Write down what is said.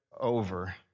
over